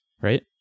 right